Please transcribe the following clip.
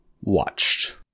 watched